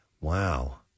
Wow